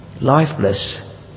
Lifeless